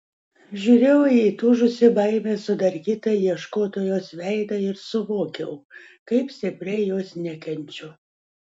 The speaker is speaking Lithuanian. žiūrėjau į įtūžusį baimės sudarkytą ieškotojos veidą ir suvokiau kaip stipriai jos nekenčiu